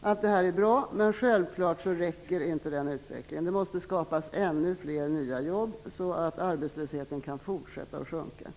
Allt detta är bra, men självfallet räcker inte utvecklingen. Det måste skapas ännu fler nya jobb, så att arbetslösheten kan fortsätta att sjunka.